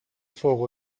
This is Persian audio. فوق